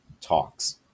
talks